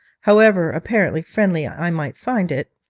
however apparently friendly i might find it.